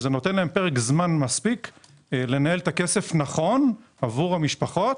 זה נותן להם פרק זמן מספיק לנהל את הכסף נכון עבור המשפחות.